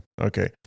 Okay